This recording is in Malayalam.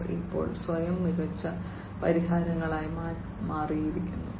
അവർ ഇപ്പോൾ സ്വയം മികച്ച പരിഹാരങ്ങളായി മാറിയിരിക്കുന്നു